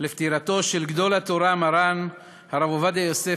לפטירתו של גדול התורה מרן הרב עובדיה יוסף,